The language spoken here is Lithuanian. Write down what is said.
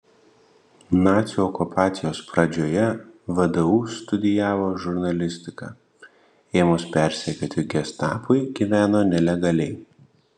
nacių okupacijos pradžioje vdu studijavo žurnalistiką ėmus persekioti gestapui gyveno nelegaliai